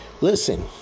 listen